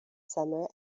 summer